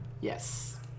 Yes